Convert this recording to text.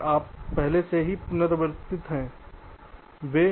वे पहले से ही पूर्वनिर्मित हैं